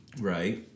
Right